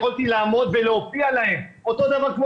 יכולתי לעמוד ולהופיע להם אותו דבר כמו